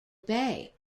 bay